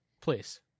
please